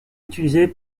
utilisé